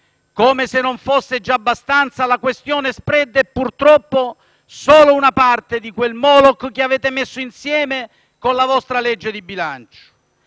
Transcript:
come se non fosse già abbastanza, la questione *spread* è, purtroppo, solo una parte di quel Moloch che avete messo insieme con la vostra legge di bilancio.